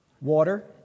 Water